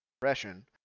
depression